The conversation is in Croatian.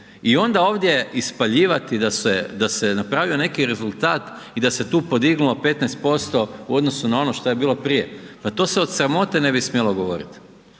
I onda ovdje ispaljivati da se, da se napravio neki rezultat i da se tu podignulo 15% u odnosu na ono šta je bilo prije, pa to se od sramote ne bi smjelo govorit,